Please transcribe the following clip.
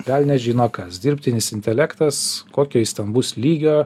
velnias žino kas dirbtinis intelektas kokio jis ten bus lygio